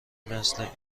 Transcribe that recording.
مثل